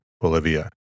Bolivia